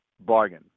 bargain